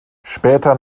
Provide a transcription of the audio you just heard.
später